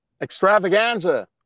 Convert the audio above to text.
extravaganza